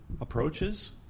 approaches